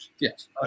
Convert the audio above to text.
Yes